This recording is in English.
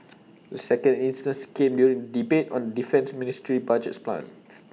the second instance came during debate on defence ministry's budget plans